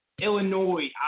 Illinois